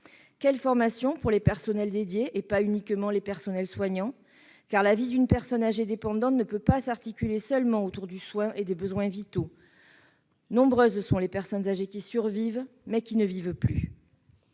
Quelles formations pour les personnels dédiés, et pas uniquement pour les personnels soignants ? La vie d'une personne âgée dépendante ne peut s'articuler seulement autour du soin et des besoins vitaux. Nombreuses sont les personnes âgées qui survivent, mais qui ne vivent plus